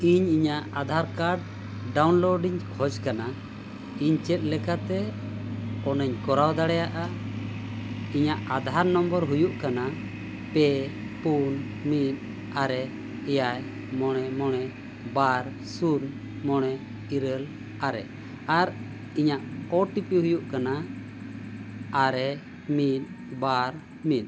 ᱤᱧ ᱤᱧᱟᱹᱜ Aadhaar card download ᱤᱧ ᱠᱷᱚᱡᱽ ᱠᱟᱱᱟ ᱤᱧ ᱪᱮᱫ ᱞᱮᱠᱟᱛᱮ ᱚᱱᱟᱧ ᱠᱚᱨᱟᱣ ᱫᱟᱲᱮᱭᱟᱜᱼᱟ ᱤᱧᱟᱹᱜ ᱟᱫᱷᱟᱨᱟ ᱱᱟᱢᱵᱟᱨ ᱦᱩᱭᱩᱜ ᱠᱟᱱᱟ ᱯᱮ ᱯᱩᱱ ᱢᱤᱫ ᱟᱨᱮ ᱮᱭᱟᱭ ᱢᱚᱬᱮ ᱢᱚᱬᱮ ᱵᱟᱨ ᱥᱩᱱ ᱢᱚᱬᱮ ᱤᱨᱟᱹᱞ ᱟᱨᱮ ᱟᱨ ᱤᱧᱟᱹᱜ ᱳ ᱴᱤ ᱯᱤ ᱦᱩᱭᱩᱜ ᱠᱟᱱᱟ ᱟᱨᱮ ᱢᱤᱫ ᱵᱟᱨ ᱢᱤᱫ